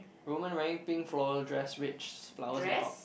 women wearing pink floral dress rich's flowers on top